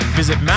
visit